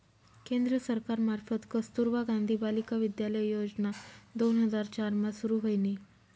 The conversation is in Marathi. केंद्र सरकार मार्फत कस्तुरबा गांधी बालिका विद्यालय योजना दोन हजार चार मा सुरू व्हयनी